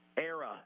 era